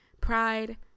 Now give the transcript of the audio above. Pride